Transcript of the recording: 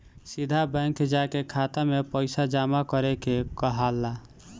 सीधा बैंक जाके खाता में पइसा जामा करे के कहाला